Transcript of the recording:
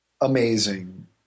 amazing